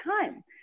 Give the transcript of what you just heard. time